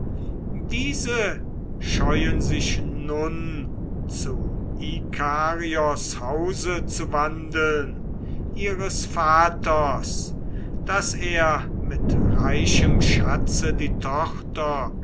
diese scheuen sich nun zu ikarios hause zu wandeln ihres vaters daß er mit reichem schatze die tochter